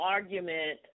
Argument